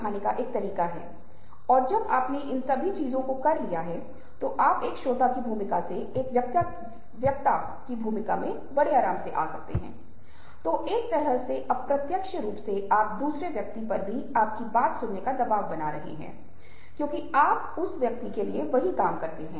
वास्तव में आप इसे तलाक की दरों के साथ सहसंबंधित कर सकते हैं जो कुछ भी आप देखते हैं कि ये लोग हमें महिलाओं लिंग अंतर और उन सभी के बारे में बात करने के लिए कह सकते हैं आप पाते हैं कि भारत में जहां कहीं भी व्यक्ति या व्यक्तिगत विचार व्यक्तिवाद पर बल दियागया है